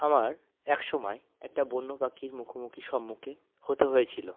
আমার এক সময় একটা বন্য পাখির মুখোমুখি সম্মুখে হতে হয়েছিলো